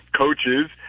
coaches